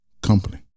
company